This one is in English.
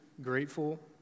grateful